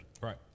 right